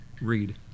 read